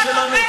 אנחנו,